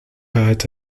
bird